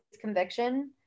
conviction